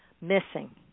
missing